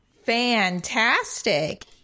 Fantastic